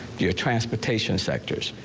your transportation sectors,